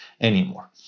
anymore